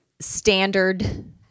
standard